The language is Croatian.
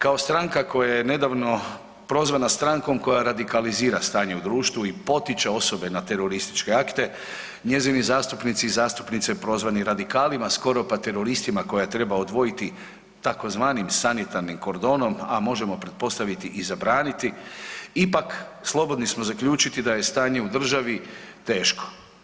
Kao stranka koja je nedavno prozvana strankom koja radikalizira stanje u društvu i potiče osobe na terorističke akte, njezini zastupnici i zastupnice prozvani radikalima, skoro pa teroristima koje treba odvojiti tzv. sanitarnim kordonom, a možemo pretpostaviti i zabraniti, ipak slobodni smo zaključiti da je stanje u državi teško.